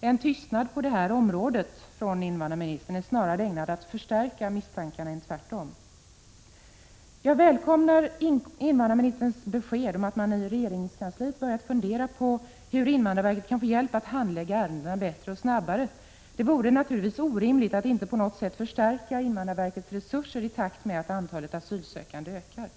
En tystnad på det området från invandrarministern är snarare ägnad att förstärka misstankarna än tvärtom. Jag välkomnar invandrarministerns besked om att man i regeringskansliet har börjat fundera på hur invandrarverket kan få hjälp, så att handläggningen av ärendena kan bli bättre och snabbare. Det vore naturligtvis orimligt att inte på något sätt förstärka invandrarverkets resurser i takt med att antalet asylsökande ökar.